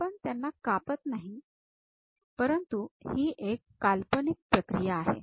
आपण त्यांना कापत नाही परंतु ही एक काल्पनिक प्रक्रिया आहे